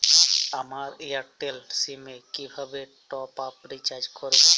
আমার Airtel SIM এ কিভাবে টপ আপ রিচার্জ করবো?